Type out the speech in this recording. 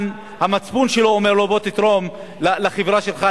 המצפון שלו אומר לו: בוא תתרום לחברה שלך,